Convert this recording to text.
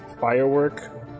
firework